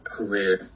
career